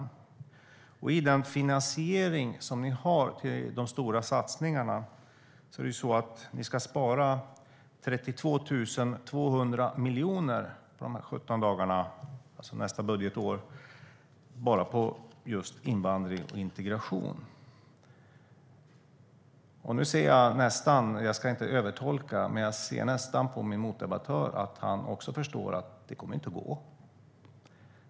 När det gäller den finansiering som ni har i fråga om de stora satsningarna ska ni spara 32 200 miljoner på dessa 17 dagar, alltså till nästa budgetår, bara på just invandring och integration. Jag ska inte övertolka, men jag ser nästan på min motdebattör att han också förstår att det inte kommer att gå.